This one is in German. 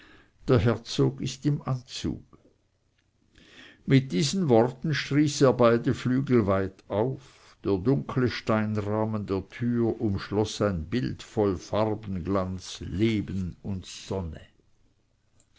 der herzog ist im anzuge mit diesen worten stieß er beide flügel weit auf der dunkle steinrahmen der tür umschloß ein bild voll farbenglanz leben und sonne